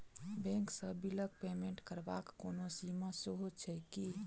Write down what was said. Bank सँ बिलक payment करबाक कोनो सीमा सेहो छैक की?